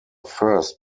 first